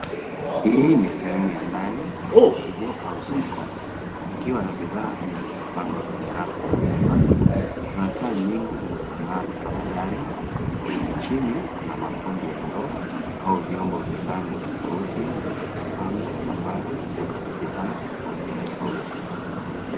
Hii ni sehemu ya ndani ya duka kubwa au soko ikiwa na bidhaa zilizopangwa kwenye rafu na meza. Kuna taa nyingi zinazongaa kutoka ndani. Chini kuna makundi ya ndoo au vyombo vya rangi tofauti vilivyo pangwa ambavyo viko na bidhaa tofauti tofauti.